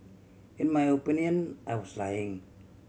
in my opinion I was lying